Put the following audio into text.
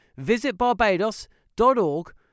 visitbarbados.org